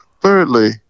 Thirdly